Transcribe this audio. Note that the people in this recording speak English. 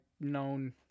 known